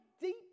deep